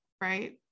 right